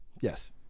Yes